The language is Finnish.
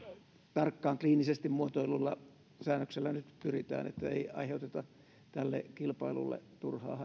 tarkkaan kliinisesti muotoillulla säännöksellä nyt pyritään siihen että ei aiheuteta tälle kilpailulle turhaa